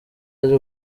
yaje